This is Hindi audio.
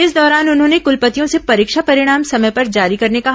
इस दौरान उन्होंने कलपतियों से परीक्षा परिणाम समय पर जारी करने कहा